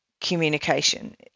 communication